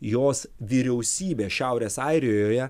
jos vyriausybė šiaurės airijoje